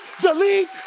delete